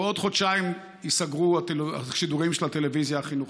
בעוד חודשיים ייסגרו השידורים של הטלוויזיה החינוכית.